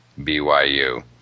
BYU